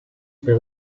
per